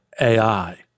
AI